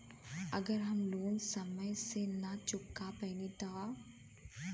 अगर हम लोन समय से ना चुका पैनी तब?